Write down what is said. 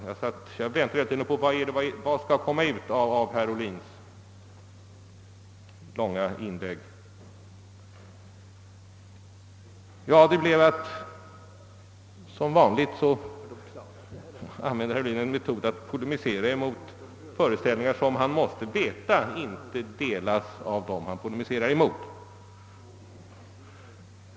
Jag satt och väntade på att få höra vilka slutsatser han ville komma fram till i sitt långa inlägg. Ja, som vanligt använde herr Ohlin metoden att polemisera mot föreställningar som han måste veta inte delas av dem han polemiserar mot.